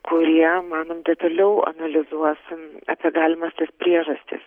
kurie manom detaliau analizuos apie galimas tas priežastis